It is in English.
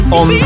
on